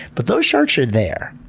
but those sharks are there.